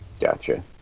Gotcha